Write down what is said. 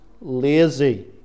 lazy